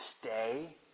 stay